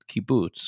kibbutz